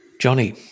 Johnny